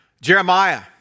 Jeremiah